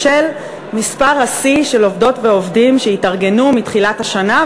בשל מספר השיא של עובדות ועובדים שהתארגנו מתחילת השנה,